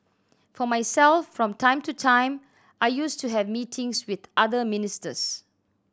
for myself from time to time I used to have meetings with other ministers